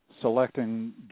selecting